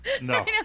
No